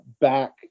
back